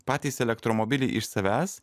patys elektromobiliai iš savęs